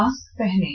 mask पहनें